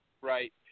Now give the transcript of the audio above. Right